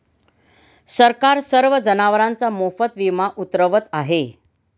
सरकार सर्व जनावरांचा मोफत विमा उतरवत आहे